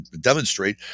demonstrate